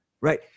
right